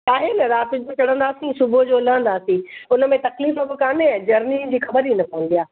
छा आहे न राति जो चड़ंदासीं सुबुह जो लहंदासीं हुन में तकलीफ़ बि कोन्हे जर्नी जी ख़बर ई न पवंदी आहे